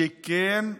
שכן.